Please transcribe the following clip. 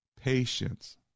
patience